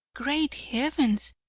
great heavens,